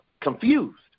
confused